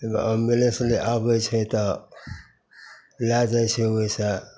एगो एम्बुलेन्स जे आबै छै तऽ लै जाइ छै ओहिसे